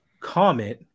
comment